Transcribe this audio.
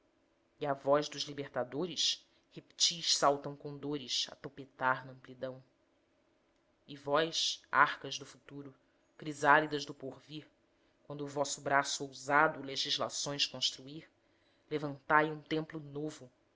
e à voz dos libertadores reptis saltam condores a topetar n'amplidão e vós arcas do futuro crisálidas do porvir quando vosso braço ousado legislações construir levantai um templo novo